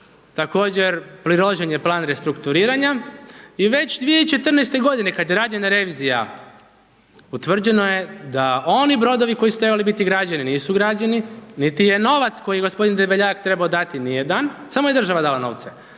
također priložen je plan restrukturiranja i već 2014. godine kad je rađena revizija utvrđeno je da oni brodovi koji su trebali biti građeni, nisu građeni, niti je novac koji je gospodin Debeljak trebao dati, nije dan, samo je država dala novce.